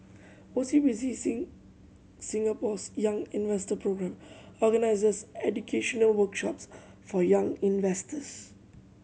O C B C Singapore's Young Investor Programme organizes educational workshops for young investors